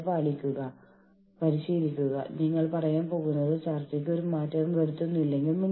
പക്ഷേ അതിന്റെ പ്രധാന ലക്ഷ്യം സംഘടനയുമായി പോരാടുകയല്ല